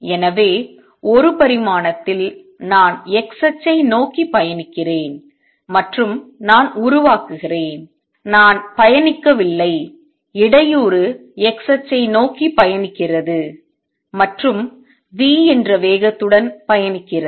எனவே ஒரு பரிமாணத்தில் நான் x அச்சை நோக்கி பயணிக்கிறேன் மற்றும் நான் உருவாக்குகிறேன் நான் பயணிக்கவில்லை இடையூறு x அச்சை நோக்கி பயணிக்கிறது மற்றும் v என்ற வேகத்துடன் பயணிக்கிறது